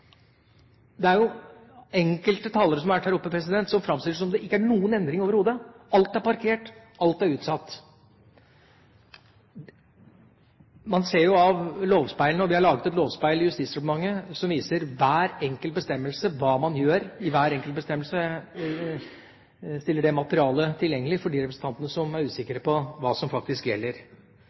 man ser jo av lovspeilet – vi har laget et lovspeil i Justisdepartementet som viser hver enkelt bestemmelse – hva man gjør i hver enkelt bestemmelse, og stiller det materialet tilgjengelig for de representantene som er usikre på hva som faktisk gjelder.